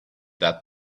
that